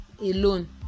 alone